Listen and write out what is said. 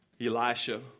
Elisha